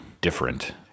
different